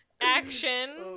Action